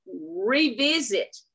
revisit